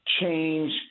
change